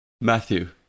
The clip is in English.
Matthew